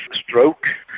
stroke,